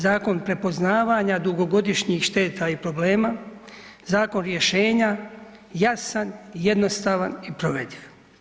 Zakon prepoznavanja dugogodišnjih šteta i problema, zakon rješenja, jasan, jednostavan i provediv.